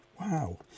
Wow